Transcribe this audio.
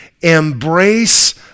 Embrace